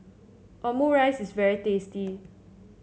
omurice is very tasty